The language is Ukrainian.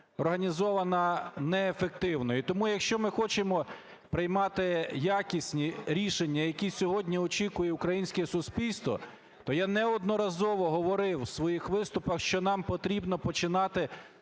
організована неефективно. І тому, якщо ми хочемо приймати якісні рішення, які сьогодні очікує українське суспільство, то я неодноразово говорив у своїх вступах, що нам потрібно починати